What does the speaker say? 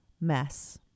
mess